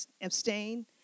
abstain